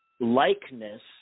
likeness